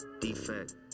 defect